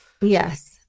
Yes